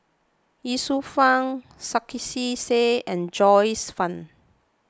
Ye Shufang Sarkasi Said and Joyce Fan